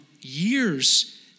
years